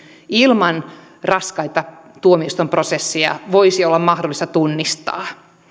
ilman raskaita tuomioistuinprosesseja voisi olla mahdollista tunnistaa uhreja